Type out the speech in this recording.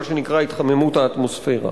מה שנקרא התחממות האטמוספירה.